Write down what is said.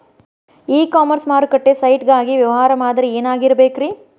E commerce ಮಾರುಕಟ್ಟೆ site ಗಾಗಿ ವ್ಯವಹಾರ ಮಾದರಿ ಏನಾಗಿರಬೇಕ್ರಿ?